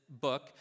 book